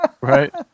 Right